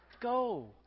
Go